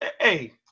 hey